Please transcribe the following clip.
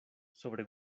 sobre